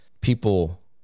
people